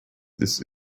this